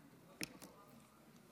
בבקשה.